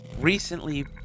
recently